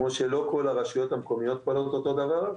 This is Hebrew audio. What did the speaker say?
כמו שלא כל הרשויות המקומיות פועלות אותו דבר,